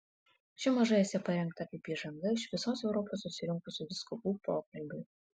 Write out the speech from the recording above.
ši maža esė parengta kaip įžanga iš visos europos susirinkusių vyskupų pokalbiui